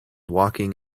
walking